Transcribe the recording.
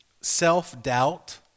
self-doubt